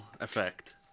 effect